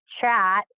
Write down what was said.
chat